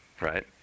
right